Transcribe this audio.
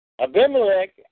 Abimelech